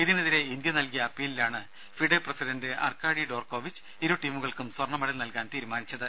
ഇതിനെതിരെ ഇന്ത്യ നൽകിയ അപ്പീലിലാണ് ഫിഡെ പ്രസിഡന്റ് അർക്കാഡി ഡോർക്കോവിച്ച് ഇരു ടീമുകൾക്കും സ്വർണ മെഡൽ നൽകാൻ തീരുമാനിച്ചത്